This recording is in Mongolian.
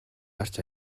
гарч